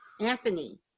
Anthony